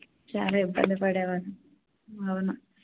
చాలా ఇబ్బందిపడేవాళ్ళం అవును